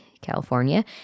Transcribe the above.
California